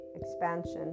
expansion